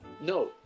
No